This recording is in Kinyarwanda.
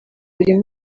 buri